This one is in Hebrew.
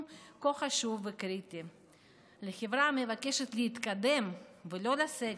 כה חשוב וקריטי לחברה המבקשת להתקדם ולא לסגת.